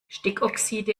stickoxide